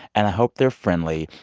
and i hope they're friendly.